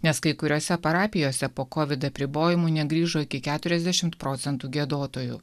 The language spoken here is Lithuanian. nes kai kuriose parapijose po covid apribojimų negrįžo iki keturiasdešimt procentų giedotojų